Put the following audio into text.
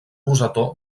rosetó